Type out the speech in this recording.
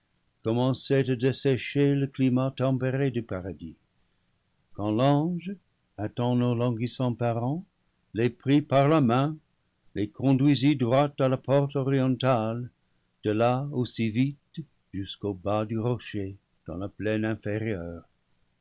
à dessécher le climat tempéré du paradis quand l'ange hâtant nos languissants parents les prit par la main les conduisit droit à la porte orientale de là aussi vite jusqu'au bas du rocher dans la plaine inférieure